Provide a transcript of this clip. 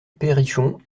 perrichon